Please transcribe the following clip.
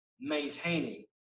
maintaining